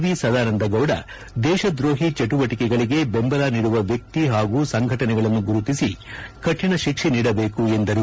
V Sadananda Gowda ದೇಶ ದ್ರೋಹಿ ಚಟುವಟಿಕೆಗಳಿಗೆ ಬೆಂಬಲ ನೀಡುವ ವ್ಯಕ್ತಿ ಹಾಗೂ ಸಂಘಟನೆಗಳನ್ನು ಗುರುತಿಸಿ ಕಠಿಣ ಶಿಕ್ಷೆ ನೀಡಬೇಕು ಎಂದರು